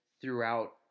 throughout